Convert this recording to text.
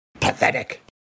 Pathetic